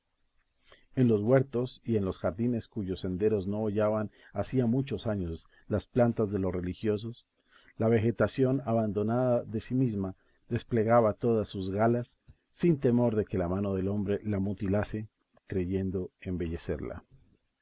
en los huertos y en los jardines cuyos senderos no hollaban hacía muchos años las plantas de los religiosos la vegetación abandonada de sí misma desplegaba todas sus galas sin temor de que la mano del hombre la mutilase creyendo embellecerla